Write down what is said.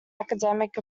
academic